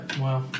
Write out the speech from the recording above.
Wow